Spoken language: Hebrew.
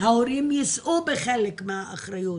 ההורים יישאו בחלק מהאחריות.